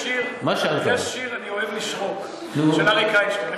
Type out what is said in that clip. יש שיר שאני אוהב לשרוק, של אריק איינשטיין.